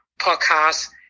podcasts